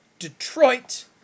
Detroit